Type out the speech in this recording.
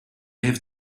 have